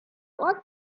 what